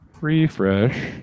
Refresh